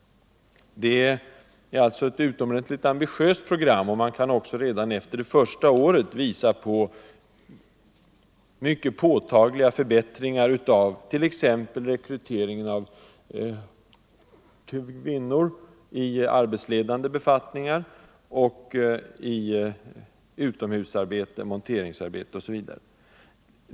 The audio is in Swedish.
Det är alltså ett utomordentligt ambitiöst program, och man kan redan efter det första året visa på mycket påtagliga förbättringar av t.ex. rekryteringen av kvinnor i arbetsledande befattningar och i utomhusarbete, monteringsarbete etc.